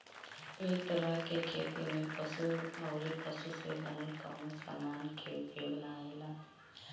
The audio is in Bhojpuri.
इ तरह के खेती में पशु अउरी पशु से बनल कवनो समान के उपयोग ना होला